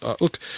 look